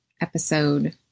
episode